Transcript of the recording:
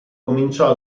cominciò